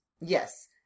Yes